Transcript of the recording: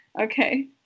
okay